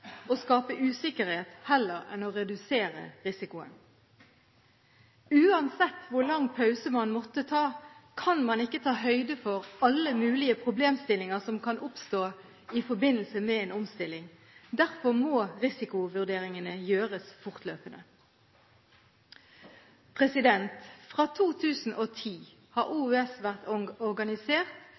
skape usikkerhet, heller enn å redusere risikoen. Uansett hvor lang pause man måtte ta, kan man ikke ta høyde for alle mulige problemstillinger som kan oppstå i forbindelse med en omstilling. Derfor må risikovurderingene gjøres fortløpende. Fra 2010 har Oslo universitetssykehus vært organisert